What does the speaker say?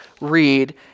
read